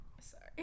Sorry